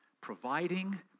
providing